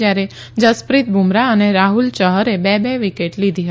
જયારે જસપ્રીત બુમરાહ અને રાહુલ યહરે બે બે વિકેટ લીધી હતી